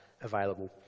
available